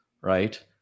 right